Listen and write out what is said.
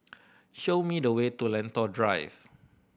show me the way to Lentor Drive